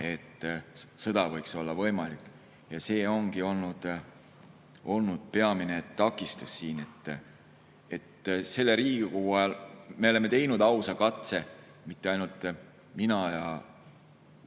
et sõda võiks olla võimalik. Ja see ongi olnud siin peamine takistus. Selle Riigikogu ajal me oleme teinud ausa katse, mitte ainult mina ja